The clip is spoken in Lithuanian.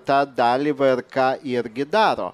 tą dalį vrk irgi daro